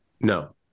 no